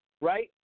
right